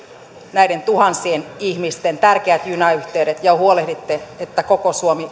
näiden tuhansien ihmisten tärkeät junayhteydet ja huolehditte että koko suomi